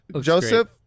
Joseph